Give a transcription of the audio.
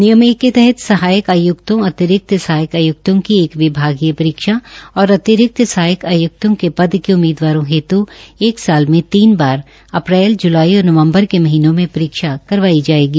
नियम एक के तहत सहायक आय्क्तो अतिरिक्त सहायक आय्क्तों की एक विभागीय परीक्षा और अतिरिक्त सहायक आयुक्तो के पद में उम्मीदवार हेत् एक साल में तीन बार अप्रैल ज्लाई और नवंबर के महीनों में परीक्ष करवाई जायेगी